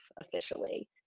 officially